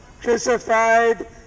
crucified